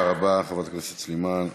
תודה רבה, חברת הכנסת סלימאן.